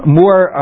more